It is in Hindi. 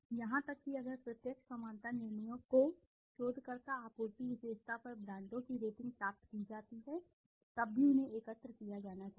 यहां तक कि अगर प्रत्यक्ष समानता निर्णयों को शोधकर्ता आपूर्ति विशेषता पर ब्रांडों की रेटिंग प्राप्त की जाती है तब भी उन्हें एकत्र किया जाना चाहिए